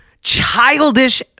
childish